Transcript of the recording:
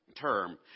term